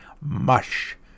Mush